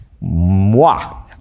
moi